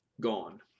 gone